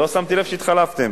לא שמתי לב שהתחלפתם.